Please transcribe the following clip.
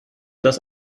das